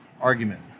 argument